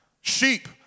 Sheep